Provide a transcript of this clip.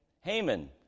Haman